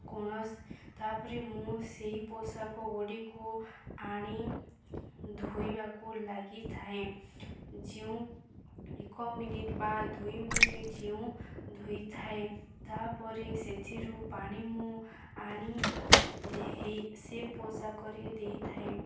କୌଣସି ତାପରେ ମୁଁ ସେଇ ପୋଷାକଗୁଡ଼ିକୁ ଆଣି ଧୋଇବାକୁ ଲାଗିଥାଏ ଯେଉଁ ଏକ ମିନିଟ୍ ବା ଦୁଇ ମିନିଟ୍ ଯେଉଁ ଧୋଇଥାଏ ତାପରେ ସେଥିରୁ ପାଣି ମୁଁ ଆଣି ଦେଇ ସେ ପୋଷାକରେ ଦେଇଥାଏ